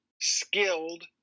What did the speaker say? skilled